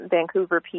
Vancouver